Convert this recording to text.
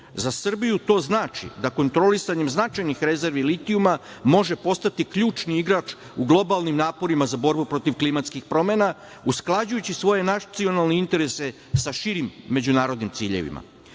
Srbiju to znači da kontrolisanjem značajnih rezervi litijuma može postati ključni igrač u globalnim naporima za borbu protiv klimatskih promena, usklađujući svoje nacionalne interese sa širim međunarodnim ciljevima. Pored